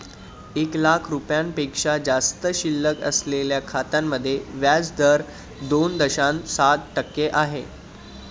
एक लाख रुपयांपेक्षा जास्त शिल्लक असलेल्या खात्यांमध्ये व्याज दर दोन दशांश सात टक्के आहे